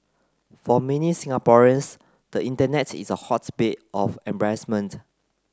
for many Singaporeans the internet is a hotbed of embarrassment